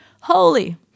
holy